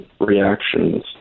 reactions